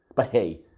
but hey.